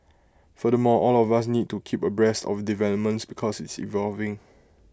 furthermore all of us need to keep abreast of developments because it's evolving